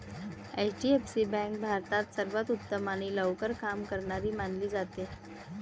HDFC bank भारतात सर्वांत उत्तम आणि लवकर काम करणारी मानली जाते